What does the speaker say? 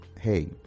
hey